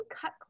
cut